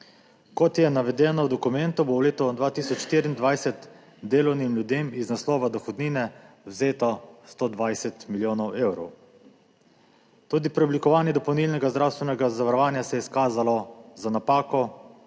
Kot je navedeno v dokumentu, bo v letu 2024 delovnim ljudem iz naslova dohodnine vzeto 120 milijonov evrov. Tudi preoblikovanje dopolnilnega zdravstvenega zavarovanja se je izkazalo za napako,